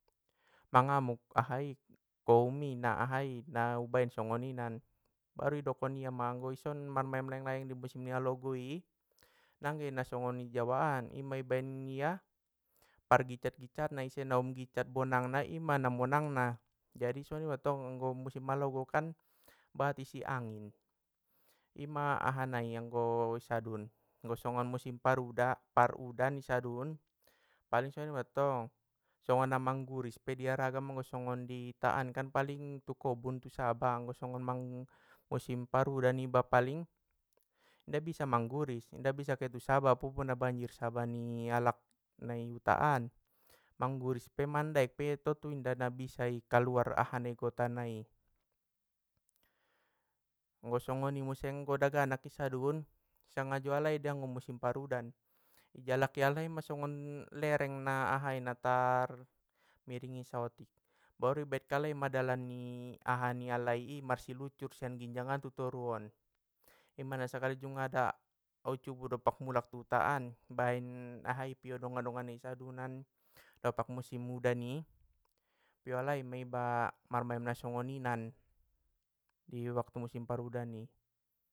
Mangamuk ahai, koumi na ahai, na ubaen songoninan, baru idokon ia ma anggo ison marmayam layang layang i musim alogoi, nangge na songon i jawa an, ima i baen ia pargitcat gitcatna ise na um gitcat bonang na i ma na monangna, jadi songoni mattong anggo musim alogokan bahat i si angin, ima aha nai anggo isadun anggo songon musim paruuda- parudan i sadun paling songoni mattong, songon na mangguris pe di aragaam songon di ita an kan paling tu kobun tu saba anggo songon musim parudan iba paling, inda bisa mangguris inda bisa ke tu saba pupu na banjir saba ni alak na i uta an, mangguris pe mandepe tentu nga na bisa i kaluar aha ni gota nai. Anggo songoni muse anggo daganak i sadun sangajo alai dei anggo musim parudan, i jalaki alai ma songon lereng na ahai na tar miringi saotik baru i baen kalai ma dalan ni aha ni alai i marsiluncur sian ginjangan tu toru on, ima nasakali jungada au cubu dompak mulak tu uta an baen ahai pio dongan dongan i sadunan dompak musim udan i pio alai ma iba marmayam na songoninan, di waktu musim parudan i.